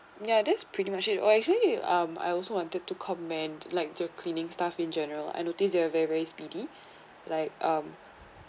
ya that's pretty much it or I actually um I also wanted to commend like the cleaning staff in general I notice they are very speedy like um